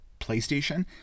PlayStation